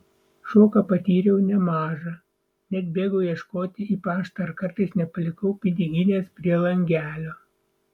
šoką patyriau nemažą net bėgau ieškoti į paštą ar kartais nepalikau piniginės prie langelio